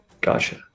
gotcha